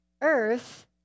earth